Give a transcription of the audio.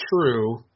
true